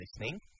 listening